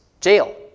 jail